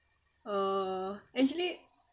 uh actually